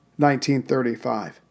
1935